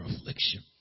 affliction